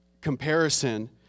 comparison